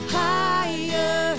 higher